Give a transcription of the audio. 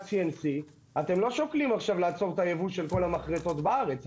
CNC. אתם לא שוקלים עכשיו לעצור את היבוא של כל המחרטות בארץ,